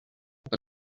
but